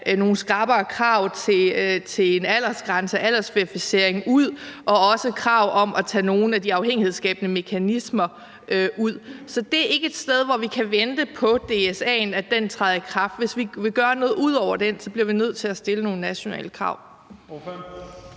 nogle skrappere krav til en aldersgrænse, aldersverificering, ud og også krav om at tage nogle af de afhængighedsskabende mekanismer ud. Så det er ikke et sted, hvor vi kan vente på, at DSA'en træder i kraft. Hvis vi vil gøre noget ud over den, bliver vi nødt til at stille nogle nationale krav.